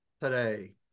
today